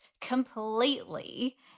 completely